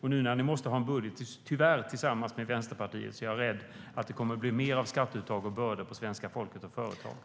Nu, när ni tyvärr måste ha en budget tillsammans med Vänsterpartiet, är jag rädd för att det kommer att bli mer av skatteuttag och bördor för svenska folket och för företag.